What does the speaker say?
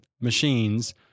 machines